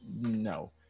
no